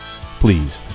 please